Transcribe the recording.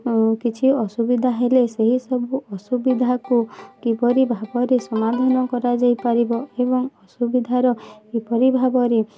କିଛି ଅସୁବିଧା ହେଲେ ସେହି ସବୁ ଅସୁବିଧାକୁ କିପରି ଭାବରେ ସମାଧାନ କରାଯାଇପାରିବ ଏବଂ ଅସୁବିଧାର କିପରି ଭାବରେ